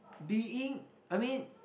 being I mean